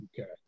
Okay